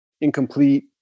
incomplete